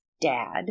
dad